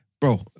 bro